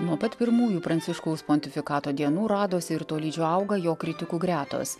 nuo pat pirmųjų pranciškaus pontifikato dienų radosi ir tolydžio auga jo kritikų gretos